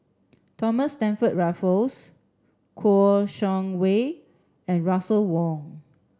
Thomas Stamford Raffles Kouo Shang Wei and Russel Wong